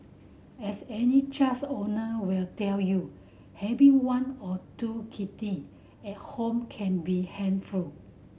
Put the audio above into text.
as any owner will tell you having one or two kitty at home can be handful